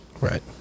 Right